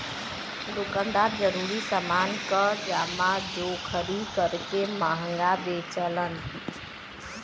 दुकानदार जरूरी समान क जमाखोरी करके महंगा बेचलन